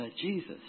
Jesus